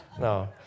no